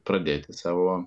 pradėti savo